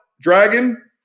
Dragon